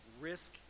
risk